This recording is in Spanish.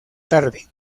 tarde